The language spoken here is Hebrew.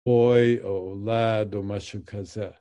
‫BOY או LAD או משהו כזה.